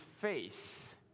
face